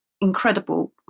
incredible